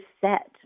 set